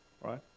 Right